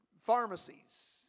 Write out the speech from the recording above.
pharmacies